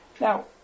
now